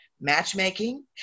matchmaking